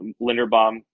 Linderbaum